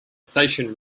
station